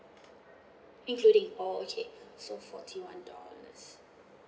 including oh okay so forty one dollars